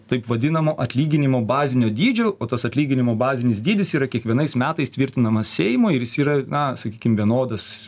taip vadinamo atlyginimų bazinio dydžio o tas atlyginimų bazinis dydis yra kiekvienais metais tvirtinamas seimo ir jis yra na sakykim vienodas